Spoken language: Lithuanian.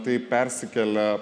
tai persikelia